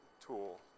tool